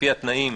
לפי התנאים